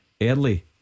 early